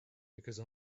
because